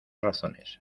razones